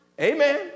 Amen